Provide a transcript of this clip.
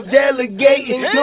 delegating